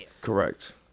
Correct